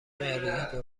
مهریه